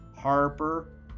Harper